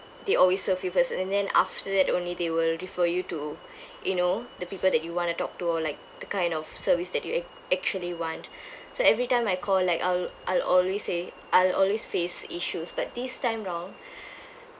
they always serve you first and then after that only they will refer you to you know the people that you want to talk to or like the kind of services that you act~ actually want so every time I call like I'll I'll always say I'll always face issues but this time round